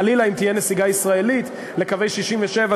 חלילה אם תהיה נסיגה ישראלית לקווי 67'